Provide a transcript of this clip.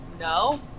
no